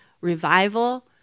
revival